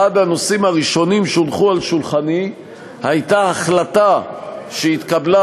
אחד הנושאים הראשונים שהונחו על שולחני היה ההחלטה שהתקבלה